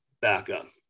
backup